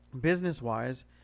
business-wise